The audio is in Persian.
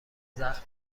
زخم